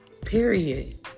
Period